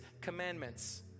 commandments